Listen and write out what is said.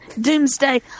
Doomsday